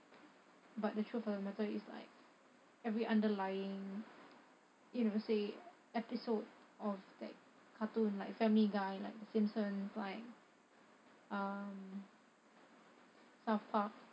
but the truth of the matter is like every underlying you know say episode of that cartoon like family guy like the simpsons like um south park